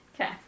Okay